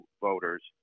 voters